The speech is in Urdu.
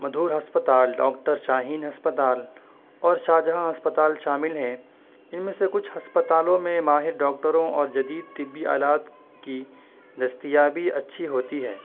مدھور ہسپتال ڈاکٹ شاہین ہسپتال اور شاہجہاں ہسپتال شامل ہیں ان میں سے کچھ ہسپتالوں میں ماہر ڈاکٹروں اور جدید طبی آلات کی دستیابی اچھی ہوتی ہے